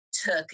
took